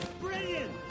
Brilliant